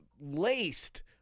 laced